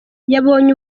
yabonye